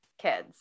kids